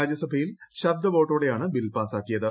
രാജ്യസഭയിൽ ശബ്ദവോട്ടോടെയാണ് ബിൽ പാസാക്കിയത്